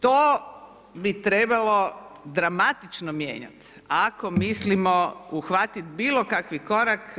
To bi trebalo dramatično mijenjat ako mislimo uhvatit bilo kakvi korak.